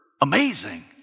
amazing